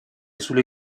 sulle